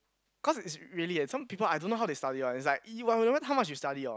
cause it's really eh some people I don't know how they study one it's like y~ you however how much you study or